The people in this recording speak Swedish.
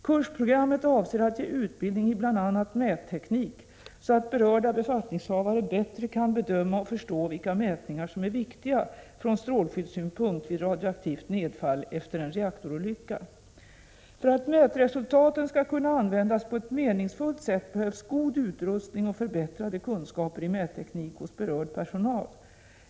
Kursprogrammet avser att ge utbildning i bl.a. mätteknik så att berörda befattningshavare bättre kan bedöma och förstå vilka mätningar som är viktiga från strålskyddssynpunkt vid radioaktivt nedfall efter en reaktorolycka. För att mätresultaten skall kunna användas på ett meningsfullt sätt behövs god utrustning och förbättrade kunskaper i mätteknik hos berörd personal.